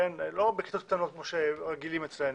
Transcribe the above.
לא בכיתות קטנות כמו שרגילים אצלנו.